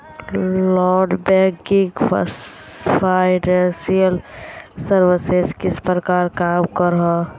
Non banking financial services किस प्रकार काम करोहो?